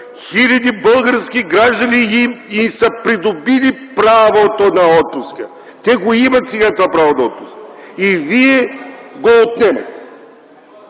хиляди български граждани са придобили правото на отпуска. Те го имат сега това право на отпуска и вие го отнемате.